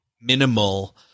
minimal